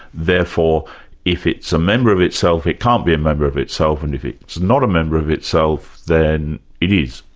therefore if it's a member of itself, it can't be a member of itself and if it's not a member of itself, then it is.